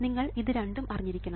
നിങ്ങൾ ഇത് രണ്ടും അറിഞ്ഞിരിക്കണം